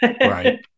Right